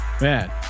Man